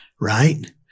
right